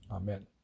Amen